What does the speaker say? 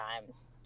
times